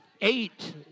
eight